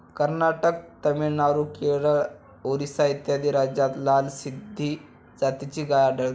कर्नाटक, तामिळनाडू, केरळ, ओरिसा इत्यादी राज्यांत लाल सिंधी जातीची गाय आढळते